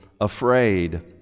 afraid